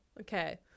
Okay